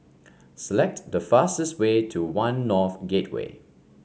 select the fastest way to One North Gateway